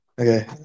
Okay